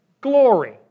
glory